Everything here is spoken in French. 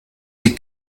des